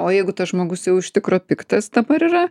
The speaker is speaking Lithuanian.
o jeigu tas žmogus jau iš tikro piktas dabar yra